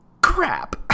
crap